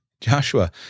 Joshua